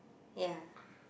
ya